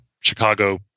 Chicago